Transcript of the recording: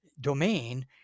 domain